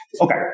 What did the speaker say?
Okay